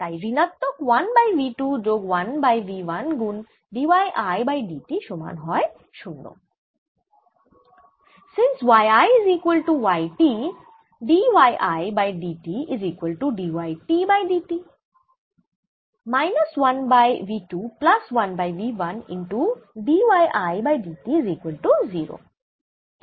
তাই ঋণাত্মক 1 by v 2 যোগ 1 বাই v 1 গুন d y I by d t সমান 0 হয়